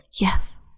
Yes